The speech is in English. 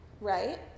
right